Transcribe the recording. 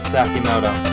Sakimoto